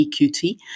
EQT